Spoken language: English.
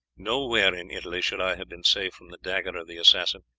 nowhere in italy should i have been safe from the dagger of the assassin,